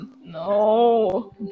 No